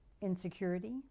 insecurity